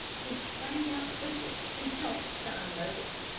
he sprang out quickly and helped to unload it.